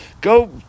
Go